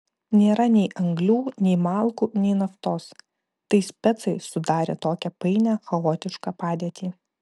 nėra nei anglių nei malkų nei naftos tai specai sudarė tokią painią chaotišką padėtį